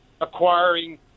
acquiring